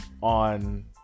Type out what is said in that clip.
on